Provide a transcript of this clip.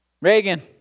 Reagan